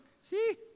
See